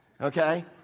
okay